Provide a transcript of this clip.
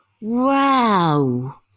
Wow